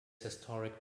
historic